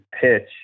pitch